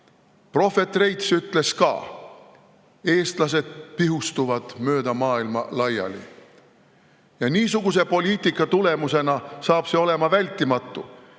ees. Prohvet Reits ütles ka, et eestlased pihustuvad mööda maailma laiali. Ja niisuguse poliitika tulemusena on see vältimatu.